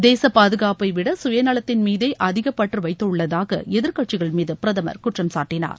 தேச பாதுகாப்பைவிட சுயநலத்தின் மீதே அதிகப்பற்று வைத்துள்ளதாக எதிர்கட்சிகள்மீது பிரதமர் குற்றம்சாட்டினார்